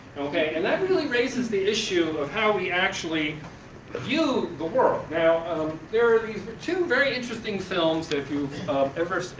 okay, and that really raises the issue of how we actually view the world. now there are these two very interesting films that if you've ever,